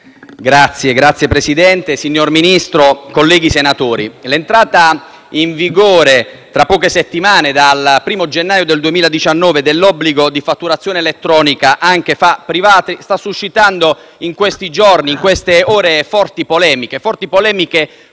Signor Presidente, signor Ministro, colleghi senatori, l'entrata in vigore tra poche settimane, dal 1° gennaio 2019, dell'obbligo di fatturazione elettronica anche tra privati sta suscitando in questi giorni e nelle ultime ore forti polemiche